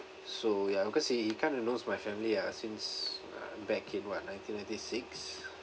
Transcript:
so ya because he he kind of knows my family ah since uh back in what nineteen ninety-six